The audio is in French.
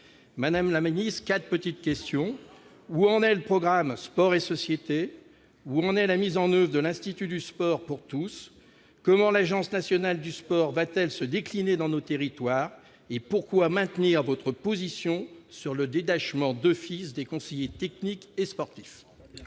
Madame la ministre, je vais vous poser quatre questions : où en est le programme Sport et société ? Où en est la mise en oeuvre de l'institut du sport pour tous ? Comment l'Agence nationale du sport va-t-elle se décliner dans nos territoires ? Pourquoi maintenir votre position sur le détachement d'office des conseillers techniques et sportifs ?